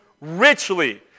richly